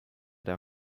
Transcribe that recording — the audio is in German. der